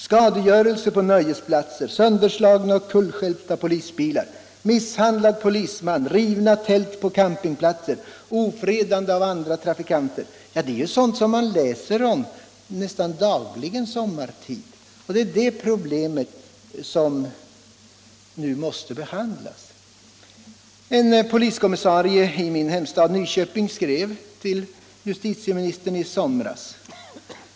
Skadegörelse på nöjesplatser, sönderslagna och kullstjälpta polisbilar, misshandel av polisman, rivna tält på campingplatser, ofredande av andra trafikanter — det är sådant som man läser om nästan dagligen sommartid, och det är det problemet som nu måste behandlas. En poliskommissarie i min hemstad Nyköping skrev i somras ett brev till justitieministern.